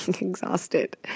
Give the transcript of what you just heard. exhausted